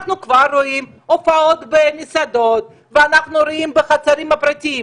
אנחנו כבר רואים הופעות במסעדות ואנחנו רואים בחצרות הפרטיות.